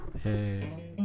Hey